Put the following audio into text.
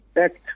Act